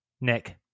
Nick